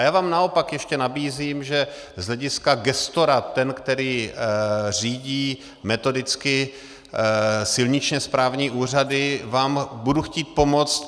Já vám naopak ještě nabízím, že z hlediska gestora, toho, který řídí metodicky silničněsprávní úřady, vám budu chtít pomoct.